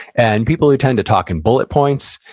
and people who tend to talk in bullet points,